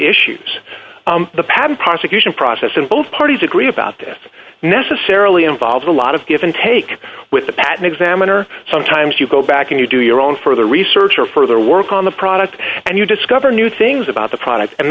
issues the patent prosecution process and both parties agree about that necessarily involves a lot of give and take with the baton examiner sometimes you go back and you do your own further research or further work on the product and you discover new things about the product and